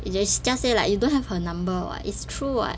it is you just say like you don't have her number [what] it's true [what]